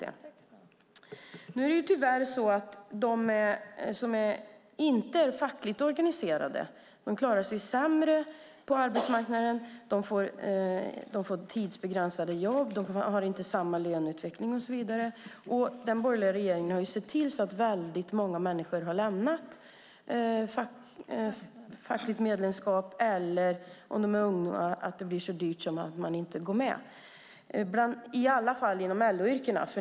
De som inte är fackligt organiserade klarar sig sämre på arbetsmarknaden. De får tidsbegränsade jobb, och de har inte samma löneutveckling. Den borgerliga regeringen har sett till att många människor har lämnat fackligt medlemskap. De unga går inte med för att det är för dyrt. Det gäller i alla fall för LO-yrkena.